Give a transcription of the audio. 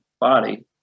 body